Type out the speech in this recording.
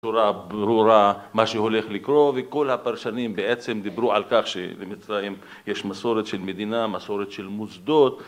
בצורה ברורה מה שהולך לקרות וכל הפרשנים בעצם דיברו על כך שבמצרים יש מסורת של מדינה מסורת של מוסדות